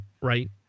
right